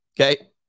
Okay